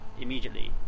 immediately